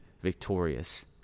victorious